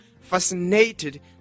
fascinated